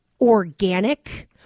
organic